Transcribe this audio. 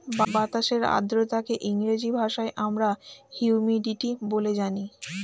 বাতাসের আর্দ্রতাকে ইংরেজি ভাষায় আমরা হিউমিডিটি বলে জানি